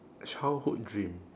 childhood dream